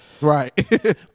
Right